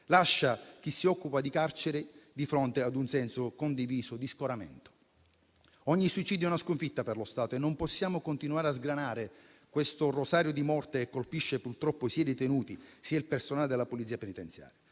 lascia chi si occupa di carceri di fronte ad un senso condiviso di scoramento. Ogni suicidio è una sconfitta per lo Stato e non possiamo continuare a sgranare questo rosario di morte, che colpisce purtroppo sia i detenuti, sia il personale della Polizia penitenziaria.